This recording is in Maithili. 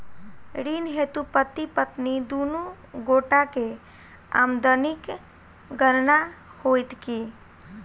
ऋण हेतु पति पत्नी दुनू गोटा केँ आमदनीक गणना होइत की?